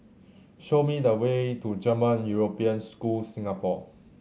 show me the way to German European School Singapore